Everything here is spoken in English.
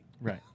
Right